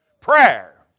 Prayer